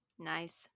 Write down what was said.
nice